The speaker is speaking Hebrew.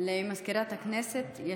למזכירת הכנסת.